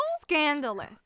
Scandalous